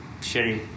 shitty